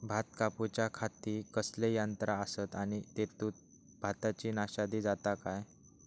भात कापूच्या खाती कसले यांत्रा आसत आणि तेतुत भाताची नाशादी जाता काय?